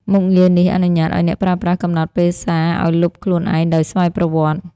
មុខងារនេះអនុញ្ញាតឲ្យអ្នកប្រើប្រាស់ កំណត់ពេលសារឲ្យលុបខ្លួនឯងដោយស្វ័យប្រវត្តិ។